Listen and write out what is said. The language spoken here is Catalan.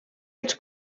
els